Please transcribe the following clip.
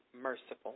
merciful